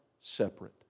separate